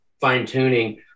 fine-tuning